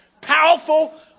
powerful